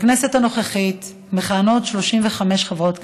בכנסת הנוכחית מכהנות 35 חברות כנסת.